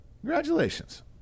Congratulations